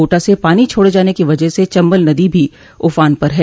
कोटा स पानी छोड़े जाने की वजह से चम्बल नदी भी उफान पर है